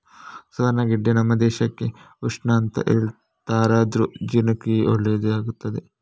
ಸುವರ್ಣಗಡ್ಡೆ ನಮ್ಮ ದೇಹಕ್ಕೆ ಉಷ್ಣ ಅಂತ ಹೇಳ್ತಾರಾದ್ರೂ ಜೀರ್ಣಕ್ರಿಯೆಗೆ ಒಳ್ಳೇದಾಗ್ತದೆ